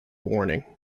warning